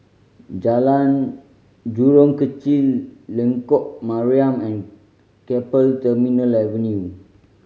Jalan Jurong Kechil Lengkok Mariam and Keppel Terminal Avenue